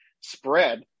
spread